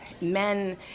Men